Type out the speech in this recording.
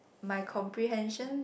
my comprehension